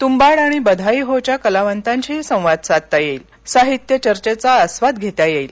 तुबाड आणि बधाई हो च्या कलावताशीही संवाद साधता येईल साहित्य चर्चेचा आस्वाद घेता येईल